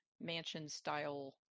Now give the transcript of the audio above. mansion-style